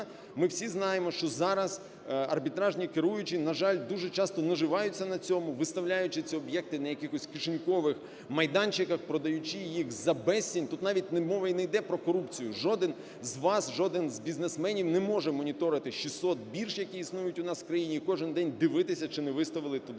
ми всі знаємо, що зараз арбітражні керуючі, на жаль, дуже часто наживаються на цьому, виставляючи ці об'єкти на якихось кишенькових майданчиках, продаючи їх за безцінь. Тут навіть мова не йде про корупцію, жоден з вас, жоден з бізнесменів не можемоніторити 600 бірж, які існують у нас в країні, і кожен день дивися, чи не виставили туди